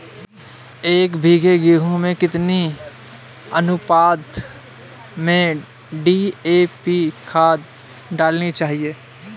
एक बीघे गेहूँ में कितनी अनुपात में डी.ए.पी खाद डालनी चाहिए?